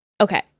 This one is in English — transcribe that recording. okay